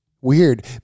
Weird